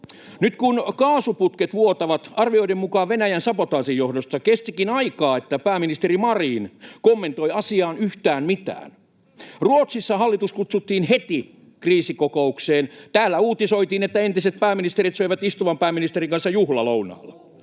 Nyt, kun kaasuputket vuotavat arvioiden mukaan Venäjän sabotaasin johdosta, kestikin aikaa, että pääministeri Marin kommentoi asiaan yhtään mitään. Ruotsissa hallitus kutsuttiin heti kriisikokoukseen. Täällä uutisoitiin, että entiset pääministerit syövät istuvan pääministerin kanssa juhlalounaalla.